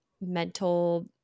mental